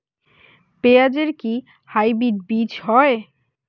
পেঁয়াজ এর কি হাইব্রিড বীজ হয়?